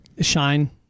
shine